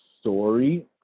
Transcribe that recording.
story